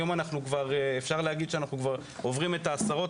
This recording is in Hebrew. היום אפשר להגיד שאנחנו כבר עוברים את העשרות,